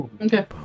okay